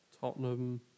Tottenham